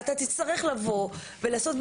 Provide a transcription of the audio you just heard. אתה תצטרך לבוא ולעשות,